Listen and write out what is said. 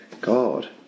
God